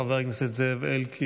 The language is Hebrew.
חבר הכנסת אלקין,